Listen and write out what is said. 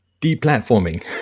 deplatforming